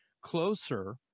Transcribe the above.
closer